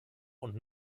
und